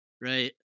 Right